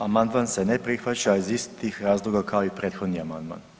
Amandman se ne prihvaća iz istih razloga kao i prethodni amandman.